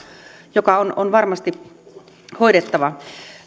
joka on on varmasti hoidettava